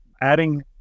adding